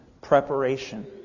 preparation